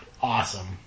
awesome